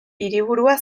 hiriburua